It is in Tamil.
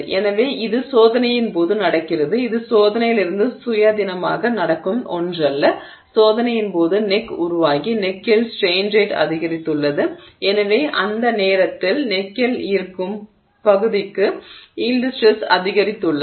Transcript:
எனவே இது சோதனையின் போது நடக்கிறது இது சோதனையிலிருந்து சுயாதீனமாக நடக்கும் ஒன்றல்ல சோதனையின் போது நெக் உருவாகி நெக்கில் ஸ்ட்ரெய்ன் ரேட் அதிகரித்துள்ளது எனவே அந்த நேரத்தில் நெக்கில் இருக்கும் பகுதிக்கு யீல்டு ஸ்ட்ரெஸ் அதிகரித்துள்ளது